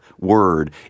word